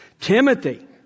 Timothy